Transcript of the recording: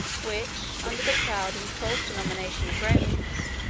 which, under the proud and false denomination of romans,